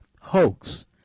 hoax